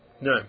No